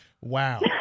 Wow